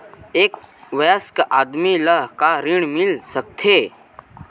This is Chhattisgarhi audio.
एक वयस्क आदमी ल का ऋण मिल सकथे?